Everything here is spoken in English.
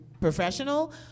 professional